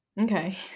okay